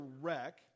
wreck